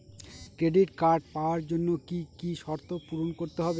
Credit card পাওয়ার জন্য কি কি শর্ত পূরণ করতে হবে?